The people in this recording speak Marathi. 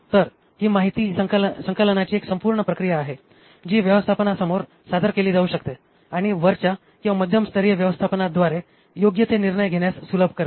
तर ही माहिती संकलनाची एक संपूर्ण प्रक्रिया आहे जी व्यवस्थापनासमोर सादर केली जाऊ शकते आणि वरच्या किंवा मध्यम स्तरीय व्यवस्थापनाद्वारे योग्य ते निर्णय घेण्यास सुलभ करते